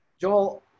Joel